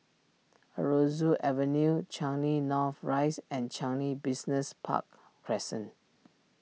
Aroozoo Avenue Changi North Rise and Changi Business Park Crescent